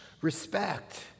respect